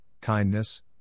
kindness